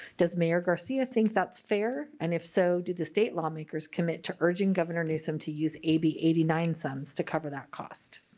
does mayor garcia think that's fair and if so did the state lawmakers commit to urging governor newsom to use a b eight nine sums to cover that cost?